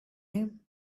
him